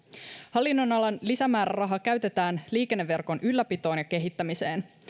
hallinnonalan lisämääräraha käytetään liikenneverkon ylläpitoon ja kehittämiseen